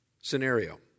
scenario